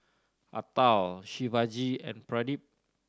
Atal Shivaji and Pradip